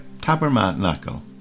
tabernacle